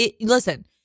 listen